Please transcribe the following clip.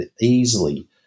easily